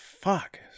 fuck